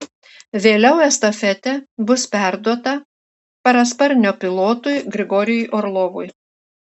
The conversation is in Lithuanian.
vėliau estafetė bus perduota parasparnio pilotui grigorijui orlovui